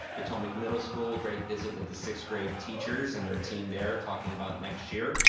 patomac middle school, great visit with the sixth grade teachers and their team there talking about next year.